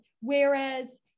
whereas